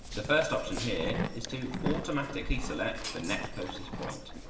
the first option here is to automatically select the next closest point.